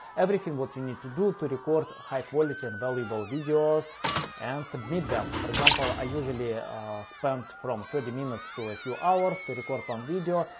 everything what you need to do to record high-quality and valuable videos and submit them. for example, i usually ah ah spend from thirty minutes to a few hours to record one video.